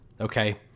okay